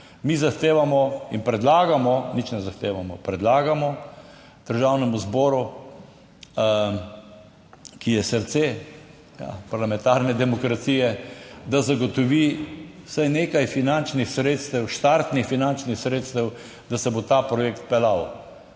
Mi zahtevamo in predlagamo, nič ne zahtevamo, predlagamo Državnemu zboru, ki je srce parlamentarne demokracije, da zagotovi vsaj nekaj finančnih sredstev, štartnih finančnih sredstev, da se bo ta projekt peljal,